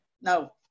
no